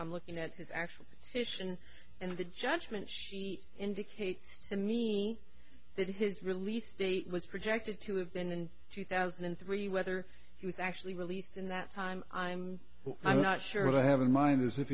i'm looking at his actual mission and the judgment she indicates to me that his release date was projected to have been in two thousand and three whether he was actually released in that time i'm i'm not sure but i have in mind is if